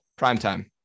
Primetime